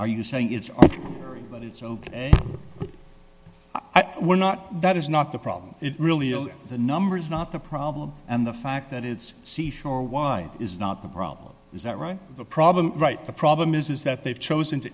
are you saying is that it's ok i know we're not that is not the problem it really is the numbers not the problem and the fact that it's seashore wide is not the problem is that right the problem right the problem is is that they've chosen to